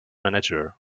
manager